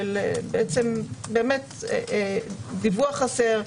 של דיווח חסר,